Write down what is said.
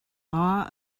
awe